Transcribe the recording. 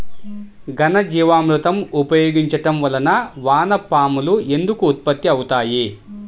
ఘనజీవామృతం ఉపయోగించటం వలన వాన పాములు ఎందుకు ఉత్పత్తి అవుతాయి?